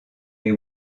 les